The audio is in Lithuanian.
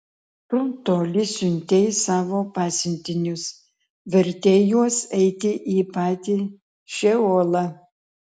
tu toli siuntei savo pasiuntinius vertei juos eiti į patį šeolą